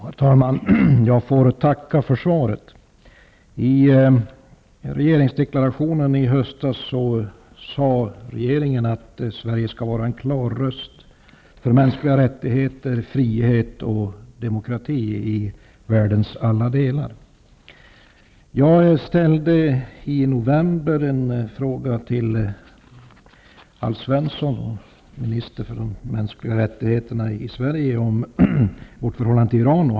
Herr talman! Jag får tacka för svaret. I regeringsdeklarationen i höstas sade regeringen att Sverige skall vara en klar röst för mänskliga rättigheter, frihet och demokrati i världens alla delar. Jag ställde i november en fråga till Alf Svensson, minister i Sverige för de mänskliga rättigheterna, om vårt förhållande till Iran.